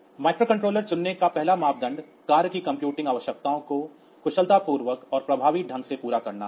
microcontroller चुनने का पहला मानदंड कार्य की कंप्यूटिंग आवश्यकता को कुशलतापूर्वक और प्रभावी ढंग से पूरा करना है